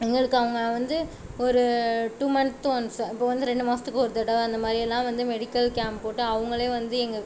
எங்களுக்கு அங்கே வந்து ஒரு டூ மந்த் ஒன்ஸ் அப்போது வந்து ரெண்டு மாதத்துக்கு ஒரு தடவை அந்த மாதிரியெல்லாம் வந்து மெடிக்கல் கேம்ப் போட்டு அவங்களே வந்து எங்கள்